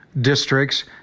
districts